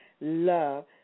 love